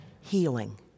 healing